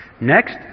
Next